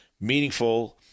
meaningful